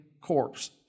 corpse